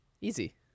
Easy